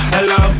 Hello